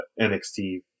NXT